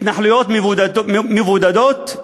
התנחלויות מבודדות.